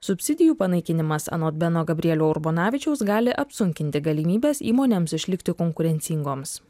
subsidijų panaikinimas anot beno gabrielio urbonavičiaus gali apsunkinti galimybes įmonėms išlikti konkurencingoms